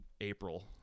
April